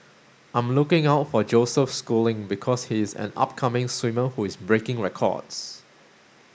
I'm looking out for Joseph Schooling because he is an upcoming swimmer who is breaking records